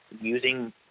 using –